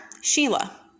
Sheila